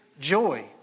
joy